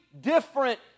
different